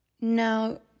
Now